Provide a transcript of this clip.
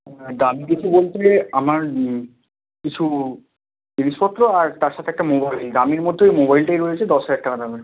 হ্যাঁ দামি কিছু বলতে আমার কিছু জিনিসপত্র আর তার সাথে একটা মোবাইল দামের মধ্যে ওই মোবাইলটাই রয়েছে দশ হাজার টাকা দামের